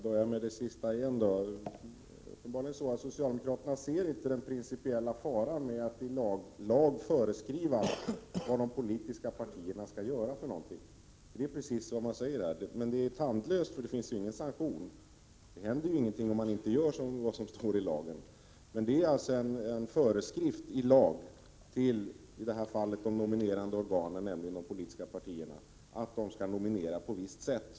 Herr talman! Låt mig igen börja med det sista! Socialdemokraterna ser inte den principiella faran med att i lag föreskriva vad de politiska partierna skall göra. Men det är ett tandlöst lagförslag, för det finns ju ingen sanktion. Det händer ju ingenting om man inte gör som det står i lagen. Vad som föreslås är alltså en föreskrift i lag till de nominerande organen, dvs. de politiska partierna, att de skall nominera på visst sätt.